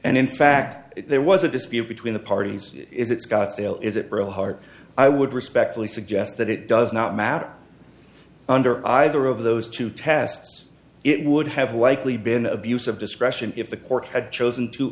and in fact there was a dispute between the parties is it's got stale is it really hard i would respectfully suggest that it does not matter under either of those two tests it would have likely been abuse of discretion if the court had chosen to